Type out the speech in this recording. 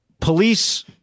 police